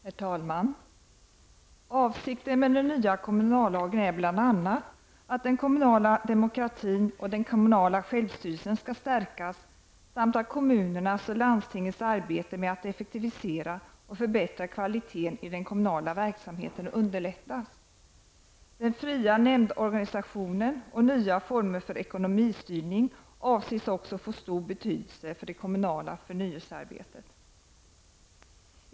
Herr talman! Avsikten med den nya kommunallagen är bl.a. att den kommunala demokratin och den kommunala självstyrelsen skall stärkas samt att kommunernas och landstingens arbete med att effektivisera och förbättra kvaliteten i den kommunala verksamheten underlättas. Den fria nämnds organisationen och nya former för ekonomistyrning avses också få stor betydelse för det kommunala förnyelsearbetet.